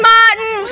Martin